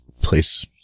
place